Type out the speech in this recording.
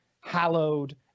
hallowed